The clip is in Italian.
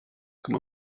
come